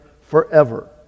forever